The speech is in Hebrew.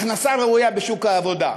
הכנסה ראויה בשוק העבודה.